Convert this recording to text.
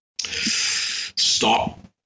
Stop